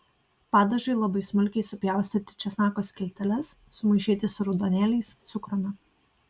padažui labai smulkiai supjaustyti česnako skilteles sumaišyti su raudonėliais cukrumi